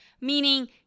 Meaning